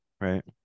Right